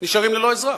נשארים ללא עזרה,